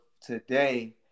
today